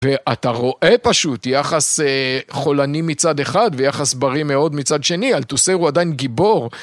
ואתה רואה פשוט יחס חולני מצד אחד ויחס בריא מאוד מצד שני, אלטוסר הוא עדיין גיבור.